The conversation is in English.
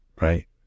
right